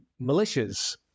militias